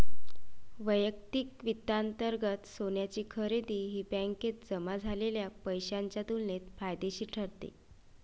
वैयक्तिक वित्तांतर्गत सोन्याची खरेदी ही बँकेत जमा झालेल्या पैशाच्या तुलनेत फायदेशीर ठरते